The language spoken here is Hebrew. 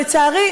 אבל לצערי,